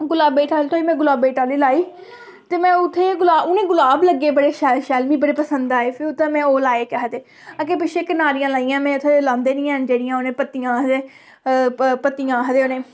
गुलाबै दी टाल्ली थ्होई में गुलाबै दी टाल्ली लाई ते में उ'त्थें गुलाब नेईं गुलाब लग्गे बड़े शैल शैल मिगी बड़े पसंद आए ते उ'त्थें में ओह् लाए केह् आखदे अग्गें पिच्छें कनारियां लाइयां में उ'त्थें लांदे निं हैन जेह्ड़ियां ओह्दे पत्तियां आखदे पत्तियां आखदे उ'नें ई